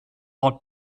ort